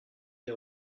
des